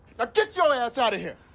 but get your ass out of here!